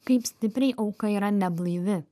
kaip stipriai auka yra neblaivi